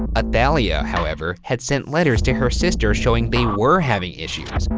ah ah athalia, however, had sent letters to her sister showing they were having issues.